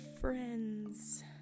friends